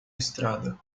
estrada